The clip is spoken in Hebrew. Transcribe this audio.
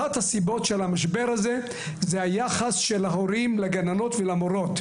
אחת הסיבות של המשבר זה היחס של הורים לגננות ולמורות.